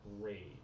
raid